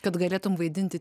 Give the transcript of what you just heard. kad galėtum vaidinti